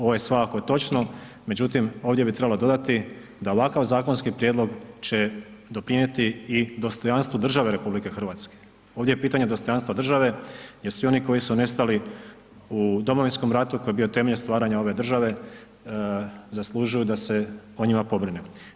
Ovo je svakako točno međutim ovdje bi trebalo dodatni da ovakav zakonski prijedlog će doprinijeti i dostojanstvu države RH, ovdje je pitanje dostojanstva države jer svi oni koji su nestali u Domovinskom ratu koji je temelj stvaranja ove države, zaslužuju da se o njima pobrine.